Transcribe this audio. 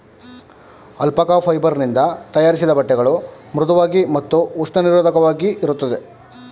alpaca fibre ನಿಂದ ತಯಾರಿಸಿದ ಬಟ್ಟೆಗಳು ಮೃಧುವಾಗಿ ಮತ್ತು ಉಷ್ಣ ನಿರೋಧಕವಾಗಿರುತ್ತದೆ